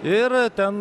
ir ten